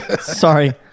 Sorry